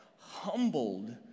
humbled